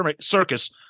Circus